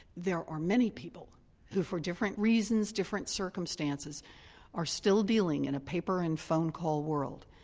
there are many people who for different reasons, different circumstances are still dealing in a paper and phone call world,